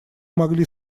могли